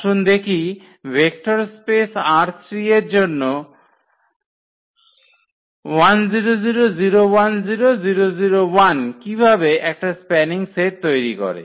আসুন দেখি vector space ℝ3 এর জন্য কীভাবে একটা স্প্যানিং সেট তৈরি করে